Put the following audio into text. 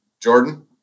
Jordan